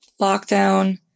lockdown